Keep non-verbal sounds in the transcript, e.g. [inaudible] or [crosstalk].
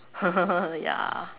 [laughs] ya